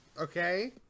Okay